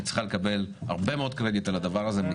היא צריכה לקבל הרבה מאוד קרדיט על הדבר הזה.